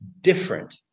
different